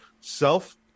self